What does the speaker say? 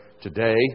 today